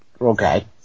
Okay